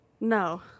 No